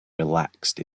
relaxed